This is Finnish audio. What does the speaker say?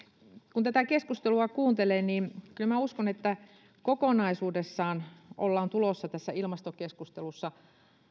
kun tätä keskustelua kuuntelee niin kyllä minä uskon että kokonaisuudessaan ollaan tulossa tässä ilmastokeskustelussa